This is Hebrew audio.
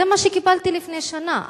זה מה שקיבלתי לפני שנה.